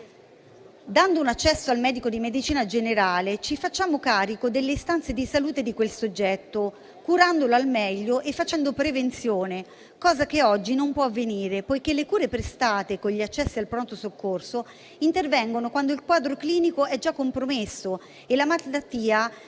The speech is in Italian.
Dandogli accesso al medico di medicina generale, ci facciamo carico delle istanze di salute di un soggetto, curandolo al meglio e facendo prevenzione, cosa che oggi non può avvenire, poiché le cure prestate con gli accessi al pronto soccorso intervengono quando il quadro clinico è già compromesso e la malattia